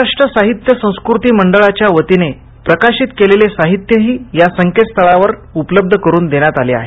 महाराष्ट्र साहित्य संस्कृती मंडळांचे प्रकाशित केलेले साहित्यही या संकेत स्थळावर उपलब्ध करून देण्यात आले आहे